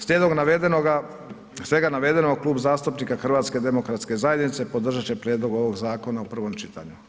Slijedom navedenoga svega navedenog Klub zastupnika HDZ-a podržat će prijedlog ovog zakona u prvom čitanju.